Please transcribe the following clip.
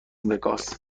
وگاس